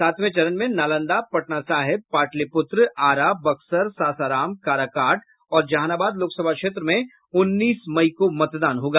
सातवें चरण में नालंदा पटना साहिब पाटलिपुत्र आरा बक्सर सासाराम काराकाट और जहानाबाद लोकसभा क्षेत्र में उन्नीस मई को मतदान होगा